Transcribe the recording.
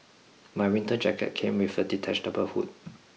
my winter jacket came with a detachable hood